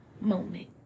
moment